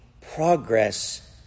progress